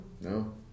No